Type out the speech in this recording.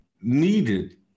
needed